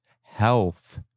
health